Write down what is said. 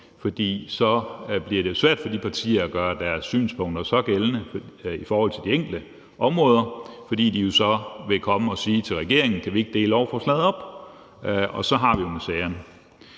For så bliver det jo svært for de partier at gøre deres synspunkter gældende i forhold til de enkelte områder, fordi de så vil komme til regeringen og sige: Kan vi ikke dele lovforslaget op? Og så har vi miseren.